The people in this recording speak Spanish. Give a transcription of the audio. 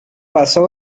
pasó